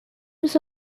use